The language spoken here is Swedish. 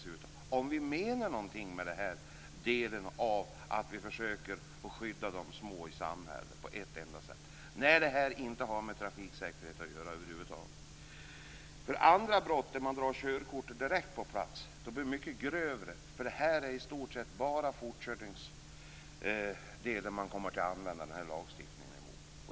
Det bör vi göra om vi menar någonting med att vi vill skydda de små i samhället. Det här förslaget har som sagt inte har något med trafiksäkerhet att göra. Andra brott där man drar körkortet direkt på platsen är mycket grövre. Den här lagstiftningen kommer i stort sett bara att användas mot fortkörning.